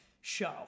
show